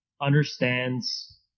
understands